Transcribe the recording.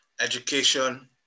education